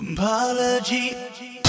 Apology